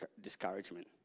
discouragement